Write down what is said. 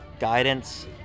Guidance